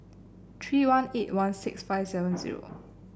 three one eight one six five seven zero